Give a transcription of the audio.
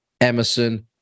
Emerson